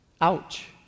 Ouch